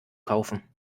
kaufen